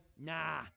Nah